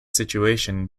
situation